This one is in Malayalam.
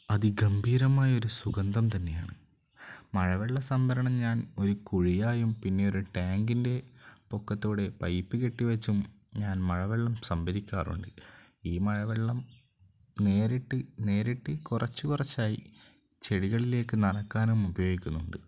അതിഗംഭീരമായ ഒരു സുഗന്ധം തന്നെയാണ് മഴവെള്ള സംഭരണം ഞാൻ ഒരു കുഴിയായും പിന്നെ ഒരു ടാങ്കിൻ്റെ പൊക്കത്തോടെ പൈപ്പ് കെട്ടി വെച്ചും ഞാൻ മഴവെള്ളം സംഭരിക്കാറുണ്ട് ഈ മഴവെള്ളം നേരിട്ട് നേരിട്ട് കുറച്ച് കുറച്ചായി ചെടികളിലേക്ക് നനയ്ക്കാനും ഉപയോഗിക്കുന്നുണ്ട്